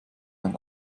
ein